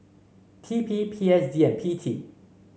T P P S D and P T